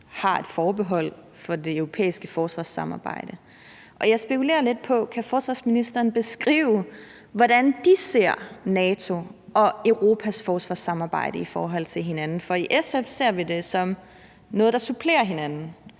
har et forbehold for det europæiske forsvarssamarbejde, og jeg spekulerer lidt på, om forsvarsministeren kan beskrive, hvordan de ser NATO og Europas forsvarssamarbejde i forhold til hinanden. For i SF ser vi det som noget, der supplerer hinanden.